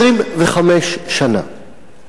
25 שנה.